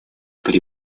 при